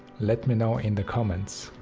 let me know in the comments.